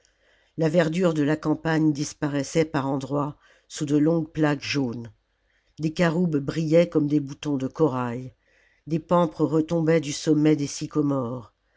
la verdure de la campagne disparaissait par endroits sous de longues plaques jaunes des caroubes brillaient comme des boutons de corail des pampres retombaient du sommet des sycomores